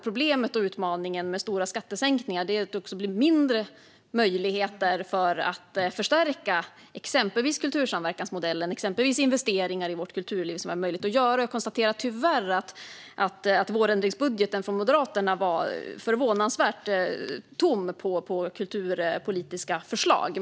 Problemet och utmaningen med stora skattesänkningar är att de innebär färre möjligheter att förstärka exempelvis kultursamverkansmodellen och att färre investeringar i vårt kulturliv är möjliga att göra. Jag konstaterar tyvärr att vårändringsbudgeten från Moderaterna var förvånansvärt tom på kulturpolitiska förslag.